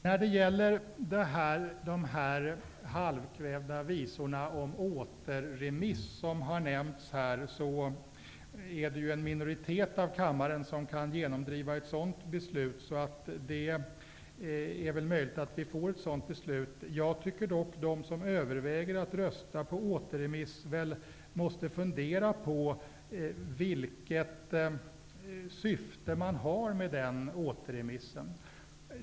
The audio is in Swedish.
När det gäller de halvkvädna visorna om återremiss som har nämnts här, kan ju en minoritet av kammaren genomdriva ett sådant beslut. Det är möjligt att vi får ett sådant beslut. Jag tycker dock att de som överväger att rösta på återremiss måste fundera på vilket syfte man har med den återremissen.